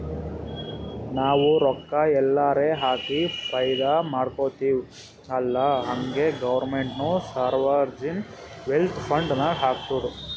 ನಾವು ರೊಕ್ಕಾ ಎಲ್ಲಾರೆ ಹಾಕಿ ಫೈದಾ ಮಾಡ್ಕೊತಿವ್ ಅಲ್ಲಾ ಹಂಗೆ ಗೌರ್ಮೆಂಟ್ನು ಸೋವರ್ಜಿನ್ ವೆಲ್ತ್ ಫಂಡ್ ನಾಗ್ ಹಾಕ್ತುದ್